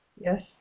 Yes